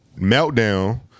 meltdown